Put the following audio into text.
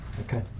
Okay